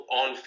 on